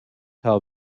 how